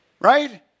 right